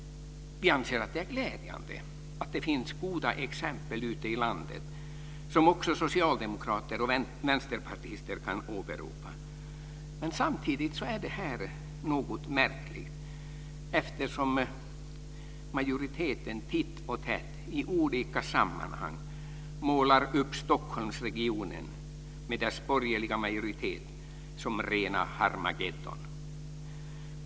Vi anser att det är glädjande att det finns goda exempel ute i landet som också socialdemokrater och vänsterpartister kan åberopa, men samtidigt är det här något märkligt, eftersom majoriteten titt och tätt i olika sammanhang målar upp Stockholmsregionen, med dess borgerliga majoritet, som rena Harmagedon.